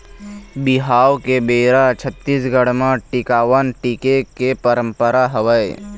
बिहाव के बेरा छत्तीसगढ़ म टिकावन टिके के पंरपरा हवय